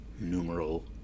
numeral